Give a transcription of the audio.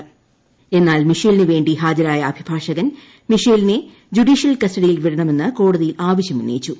എന്ന്റ്ൽ മിഷേലിനു വേണ്ടി ഹാജരായ അഭിഭാഷകൻ മിഷേലിനെ ജുഡീഷ്യൽ കസ്റ്റഡിയിൽ വിടണമെന്ന് കോടതിയിൽ ആവശ്യം ഉന്നയിച്ചു